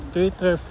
Twitter